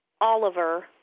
Oliver